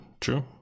true